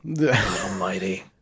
Almighty